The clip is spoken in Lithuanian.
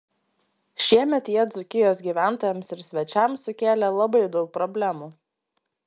šiemet jie dzūkijos gyventojams ir svečiams sukėlė labai daug problemų